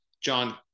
John